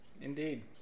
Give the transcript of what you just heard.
Indeed